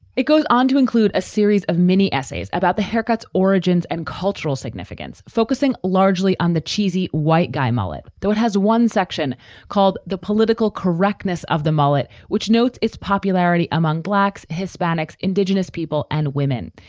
it goes on to include a series of mini essays about the haircut's origins and cultural significance, focusing largely on the cheesy white guy mullet. though it has one section called the political correctness of the mullet, which notes its popularity among blacks, hispanics, indigenous people and women.